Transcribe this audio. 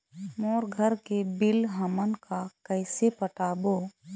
मोर घर के बिल हमन का कइसे पटाबो?